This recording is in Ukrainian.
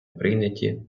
прийняті